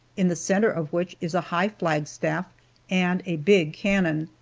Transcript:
in the center of which is a high flagstaff and a big cannon.